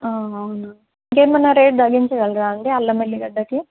అవునా ఇంకేమన్నా రేట్ తగ్గించగలరా అండి అల్లం వెల్లిగడ్డకి